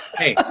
hey,